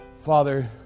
Father